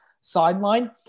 sideline